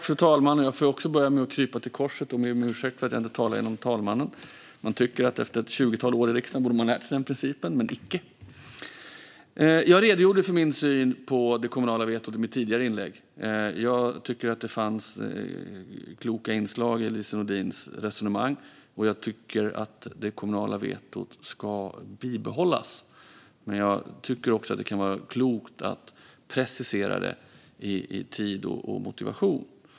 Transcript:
Fru talman! Jag får börja med att krypa till korset och be om ursäkt för att jag inte talade genom talmannen. Man kan tycka att jag efter 20 år i riksdagen borde ha lärt mig den principen - men icke! Jag redogjorde i en tidigare replik för min syn på det kommunala vetot. Jag tycker att det fanns kloka inslag i Lise Nordins resonemang. Och jag tycker att det kommunala vetot ska behållas. Men det kan också vara klokt att precisera det i fråga om tid och motivation.